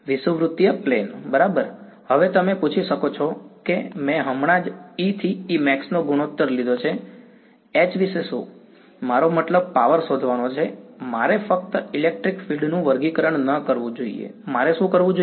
વિષુવવૃત્તીય પ્લેન બરાબર હવે તમે પૂછી શકો છો કે મેં હમણાં જ E થી E નો ગુણોત્તર લીધો છે H વિશે શું મારો મતલબ પાવર શોધવાનો છે મારે ફક્ત ઇલેક્ટ્રિક ફિલ્ડ નું વર્ગીકરણ ન કરવું જોઈએ મારે શું કરવું જોઈએ